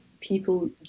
people